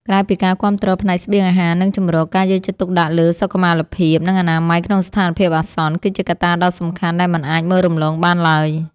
ក្រៅពីការគាំទ្រផ្នែកស្បៀងអាហារ និងជម្រក ការយកចិត្តទុកដាក់លើសុខុមាលភាព និងអនាម័យក្នុងស្ថានភាពអាសន្ន គឺជាកត្តាដ៏សំខាន់ដែលមិនអាចមើលរំលងបានឡើយ។